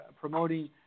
promoting